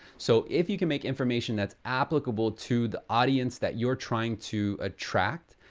so if you can make information that's applicable to the audience that you're trying to attract,